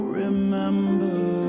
remember